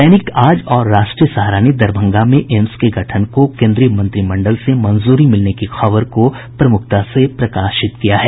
दैनिक आज और राष्ट्रीय सहारा ने दरभंगा में एम्स के गठन को केन्द्रीय मंत्रिमंडल से मंजूरी मिलने की खबर को प्रमुखता से प्रकाशित किया है